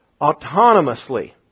autonomously